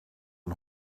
een